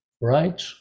right